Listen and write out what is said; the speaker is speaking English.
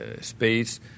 space